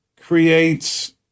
creates